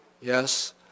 Yes